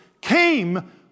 came